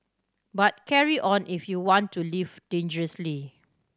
but carry on if you want to live dangerously